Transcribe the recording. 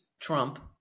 Trump